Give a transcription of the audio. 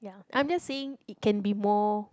I'm just saying it can be more